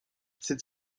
cette